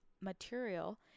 material